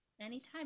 anytime